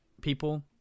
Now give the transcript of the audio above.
people